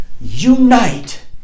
unite